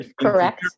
Correct